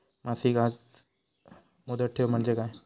मासिक याज मुदत ठेव म्हणजे काय?